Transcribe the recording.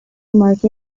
mark